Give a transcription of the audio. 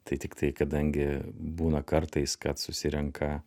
tai tiktai kadangi būna kartais kad susirenka